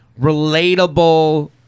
relatable